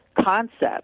concept